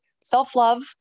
self-love